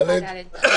הוא ביקש --- דרך אגב,